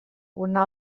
una